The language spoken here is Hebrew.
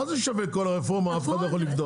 מה שווה כל הרפורמה אם אף אחד לא יכול לבדוק?